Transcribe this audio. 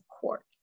court